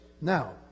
Now